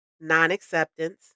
non-acceptance